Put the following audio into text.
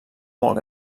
molt